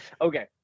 Okay